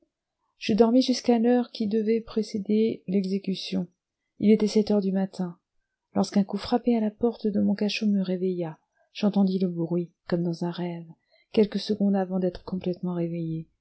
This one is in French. je dormis jusqu'à l'heure qui devait précéder l'exécution il était sept heures du matin lorsqu'un coup frappé à la porte de mon cachot me réveilla j'entendis le bruit comme dans un rêve quelques secondes avant d'être complètement réveillé